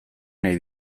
nahi